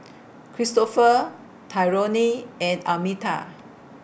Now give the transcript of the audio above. Cristofer Tyrone and Almeta